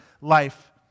life